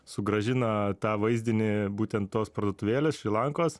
sugrąžina tą vaizdinį būtent tos parduotuvėlės šri lankos